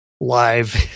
live